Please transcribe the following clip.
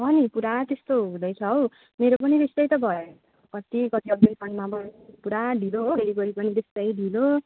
अँ नि पुरा त्यस्तो हुँदैछ हौ मेरो पनि त्यस्तै त भयो त कति कति रिफन्डमा पनि पुरा ढिलो हो डेलिभरी पनि त्यस्तै ढिलो